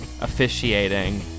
officiating